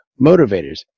motivators